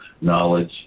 Knowledge